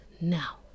now